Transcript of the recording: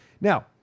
now